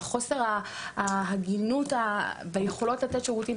על חוסר ההגינות ביכולות לתת שירותים,